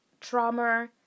trauma